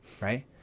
right